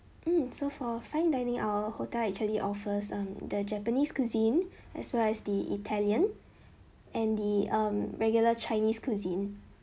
mm so for fine dining our hotel actually offers um the japanese cuisine as well as the italian and the um regular chinese cuisine